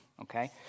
Okay